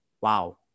wow